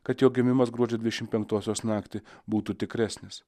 kad jo gimimas gruodžio dvišim penktosios naktį būtų tikresnis